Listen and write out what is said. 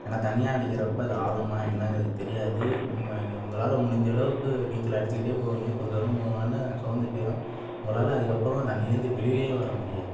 ஏனால் தனியாக அடிக்கிறப்போ அது ஆழமா என்னங்கறது தெரியாது உங்கள் நீ உங்களால் முடிஞ்சளவுக்கு நீச்சல் அடிச்சுக்கிட்டே போவீங்க கொஞ்சம் துரம் போன ஒன்றே சோர்ந்து போயிடும் உங்களால் அதுக்கப்புறோம் தண்ணிலேருந்து வெளியில் வர முடியாது